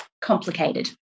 complicated